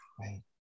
Right